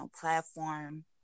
platform